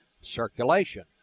circulation